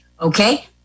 Okay